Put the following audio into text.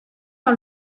par